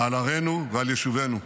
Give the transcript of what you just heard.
-- על ערינו ועל יישובינו.